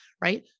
Right